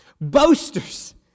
boasters